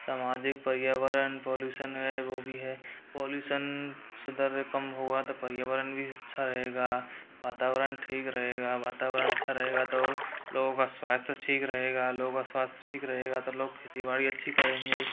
सामाजिक पर्यावरण पॉल्यूशन वो भी है पॉल्यूशन सुधर कम होगा तो पर्यावरण भी अच्छा रहेगा वातावरण ठीक रहेगा वातावरण अच्छा रहेगा तो लोगों का स्वास्थ्य ठीक रहेगा लोगों का स्वास्थ्य ठीक रहेगा तो लोग खेती बाड़ी अच्छी करेंगे